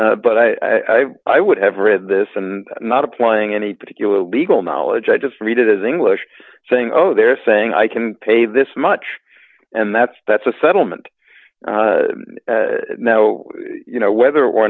but i i would have read this and not applying any particular legal knowledge i just read it as english saying oh they're saying i can pay this much and that's that's a settlement no you know whether or